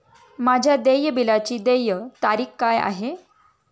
माझ्या देय बिलाची देय तारीख काय आहे?